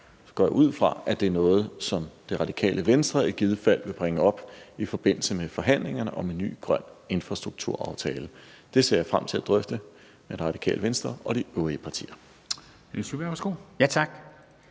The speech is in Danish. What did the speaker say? går jeg ud fra, at det er noget, som Det Radikale Venstre i givet fald vil bringe op i forbindelse med forhandlingerne om en ny grøn infrastrukturaftale. Det ser jeg frem til at drøfte med Det Radikale Venstre og de øvrige partier.